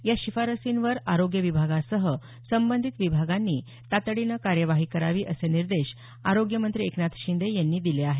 या शिफारसींवर आरोग्य विभागासह संबंधित विभागांनी तातडीनं कार्यवाही करावी असे निर्देश आरोग्यमंत्री एकनाथ शिंदे यांनी दिले आहेत